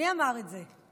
מי אמר את זה?